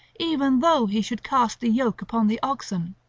even though he should cast the yoke upon the oxen.